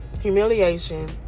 humiliation